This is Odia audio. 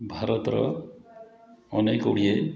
ଭାରତର ଅନେକ ଗୁଡ଼ିଏ